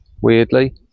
weirdly